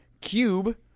Cube